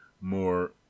more